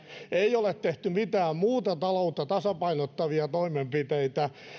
ei ole tehty mitään muita taloutta tasapainottavia toimenpiteitä